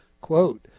Quote